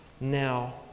now